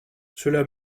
cela